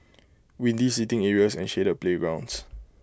windy seating areas and shaded playgrounds